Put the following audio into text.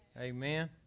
Amen